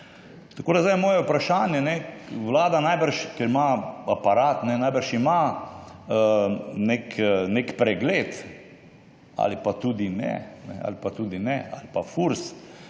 Tako da zdaj je moje vprašanje, Vlada, ker ima aparat, najbrž ima nek pregled – ali pa tudi ne, ali pa tudi ne, ali pa Furs